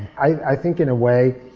i think in a way,